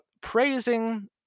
praising